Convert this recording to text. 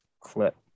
clip